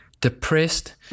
depressed